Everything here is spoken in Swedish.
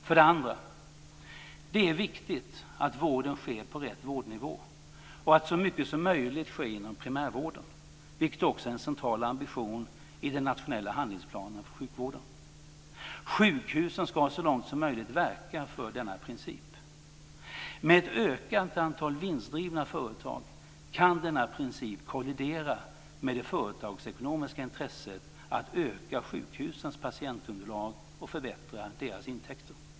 För det andra är det viktigt att vården sker på rätt vårdnivå och att så mycket som möjligt sker inom primärvården, vilket också är en central ambition i den nationella handlingsplanen för sjukvården. Sjukhusen ska så långt som möjligt verka för denna princip. Med ett ökat antal vinstdrivna företag kan denna princip kollidera med det företagsekonomiska intresset att öka sjukhusens patientunderlag och förbättra deras intäkter.